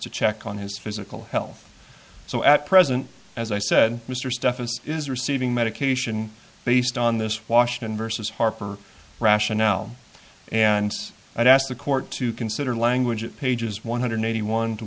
to check on his physical health so at present as i said mr stephens is receiving medication based on this washington versus harper rationale and i've asked the court to consider language at pages one hundred eighty one to